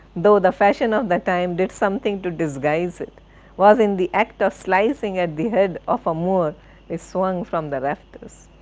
though the fashion of the time did something to disguise it was in the act of slicing at the head of a moor which swung from the rafters.